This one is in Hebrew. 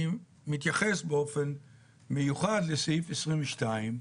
אני מתייחס באופן מיוחד לסעיף 22,